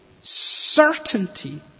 certainty